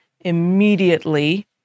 immediately—